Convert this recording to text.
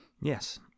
Yes